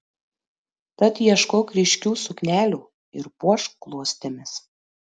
tad ieškok ryškių suknelių ir puošk klostėmis